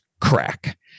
crack